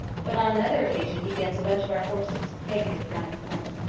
but on another occasion he gets a bunch of our horses, picketed round the corner.